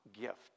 gift